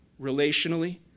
relationally